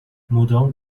مدام